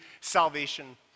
salvation